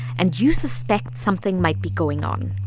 and you suspect something might be going on?